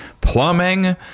plumbing